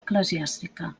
eclesiàstica